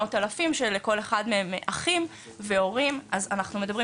מאות אלפים שלכל אחד מהם אחים והורים אז אנחנו מדברים